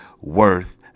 worth